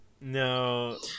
No